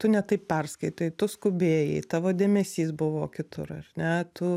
tu ne taip perskaitai tu skubėjai tavo dėmesys buvo kitur ar ne tu